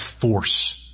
force